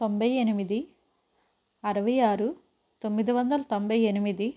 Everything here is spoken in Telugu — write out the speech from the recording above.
తొంభై ఎనిమిది అరవై ఆరు తొమ్మిది వందల తొంభై ఎనిమిది